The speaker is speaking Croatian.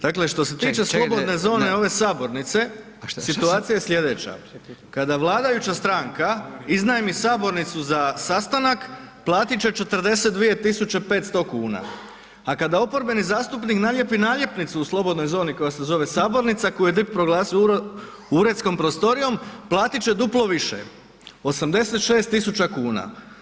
Dakle što se tiče slobodne zone ove sabornice [[Upadica Radin: Čekajte, čekajte, …]]:…… situacija je sljedeća, kada vladajuća stranka iznajmi sabornicu za sastanak platiti će 42 tisuće 500 kuna a kada oporbeni zastupnik nalijepi naljepnicu u slobodnoj zoni koja se zove sabornica koju je DIP proglasio uredskom prostorijom platiti će duplo više, 86 tisuća kuna.